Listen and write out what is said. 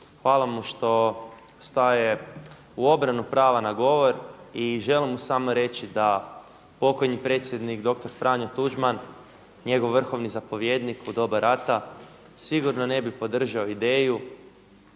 hvala mu što staje u obranu prava na govor i želim mu samo reći da pokojni predsjednik dr. Franjo Tuđman njegov vrhovni zapovjednik u doba rata sigurno ne bi podržao ideju